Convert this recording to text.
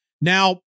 Now